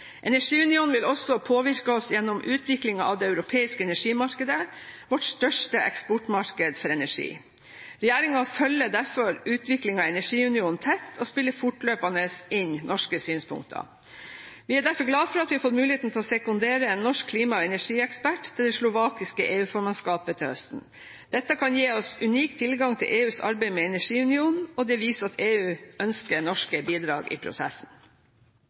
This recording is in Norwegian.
Energiunionen vil også påvirke oss gjennom utviklingen av det europeiske energimarkedet – vårt største eksportmarked for energi. Regjeringen følger derfor utviklingen av energiunionen tett og spiller fortløpende inn norske synspunkter. Vi er derfor glade for at vi har fått muligheten til å sekundere en norsk klima- og energiekspert til det slovakiske EU-formannskapet til høsten. Dette kan gi oss unik tilgang til EUs arbeid med energiunionen, og det viser at EU ønsker norske bidrag i prosessen.